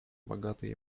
богатые